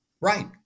Right